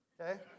okay